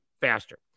faster